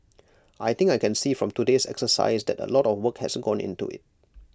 I think I can see from today's exercise that A lot of work has gone into IT